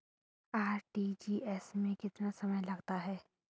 RTGS में कितना समय लगता है?